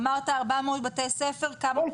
אמרת 400 בתי ספר, כמה כיתות?